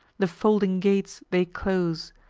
the folding gates they close,